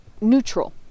neutral